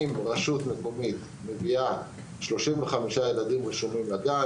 אם רשות מקומית מביאה 35 ילדים לגן,